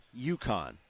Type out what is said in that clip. UConn